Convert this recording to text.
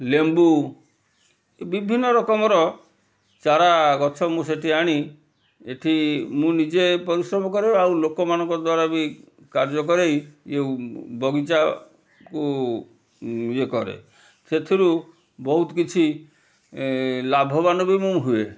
ଲେମ୍ବୁ ବିଭିନ୍ନ ରକମର ଚାରା ଗଛ ମୁଁ ସେଠି ଆଣି ଏଠି ମୁଁ ନିଜେ ପରିଶ୍ରମ କରେ ଆଉ ଲୋକମାନଙ୍କ ଦ୍ୱାରା ବି କାର୍ଯ୍ୟ କରେଇ ବଗିଚାକୁ ଇଏ କରେ ସେଥିରୁ ବହୁତ କିଛି ଲାଭବାନ ବି ମୁଁ ହୁଏ